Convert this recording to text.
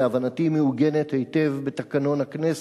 שלהבנתי מעוגנת היטב בתקנון הכנסת,